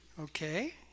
Okay